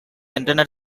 internet